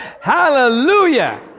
hallelujah